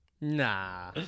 Nah